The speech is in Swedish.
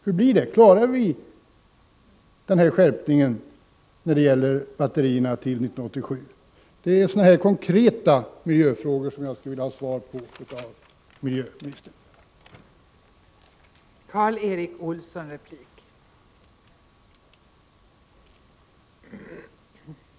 Hur blir det — klarar vi skärpningen när det gäller batterierna till år 1987? Det är sådana här konkreta miljöfrågor som jag skulle vilja att miljöministern svarade på.